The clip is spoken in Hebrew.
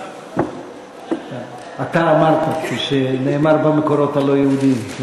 אתה אמרת כפי שנאמר במקורות הלא-יהודיים.